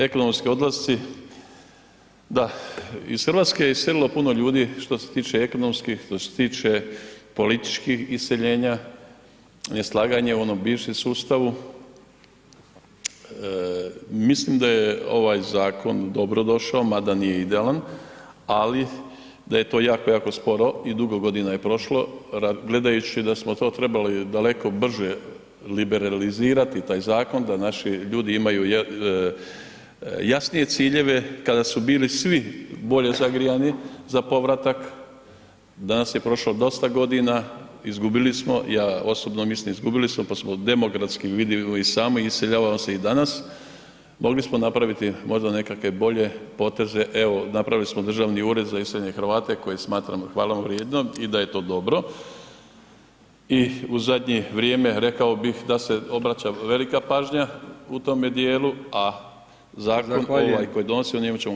Ekonomski odlasci, da, iz Hrvatske je iselilo puno ljudi što se tiče ekonomskih, što se tiče političkih iseljenja, neslaganje u onom bivšem sustavu, mislim da je ovaj zakon dobrodošao mada nije idealan ali da je to jako, jako sporo i dugo godina je prošlo gledajući da smo to trebali daleko brže liberalizirati taj zakon da naši ljudi imaju jasnije ciljeve kada su bili svi bolje zagrijani za povratak, danas je prošlo dosta godina, izgubili smo, ja osobno mislim izgubili smo pa smo demografski, vidimo i sami, iseljavaju se i danas mogli smo napraviti možda nekakve bolje poteze, evo napravili smo Državni ured za iseljene Hrvate koji smatram hvalevrijednim i da je to dobro i u zadnje vrijeme rekao bi da se obraća velika pažnja u tome djelu a zakon ovaj koji donosimo, o njemu ćemo kasnije malo još raspraviti, hvala.